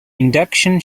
induction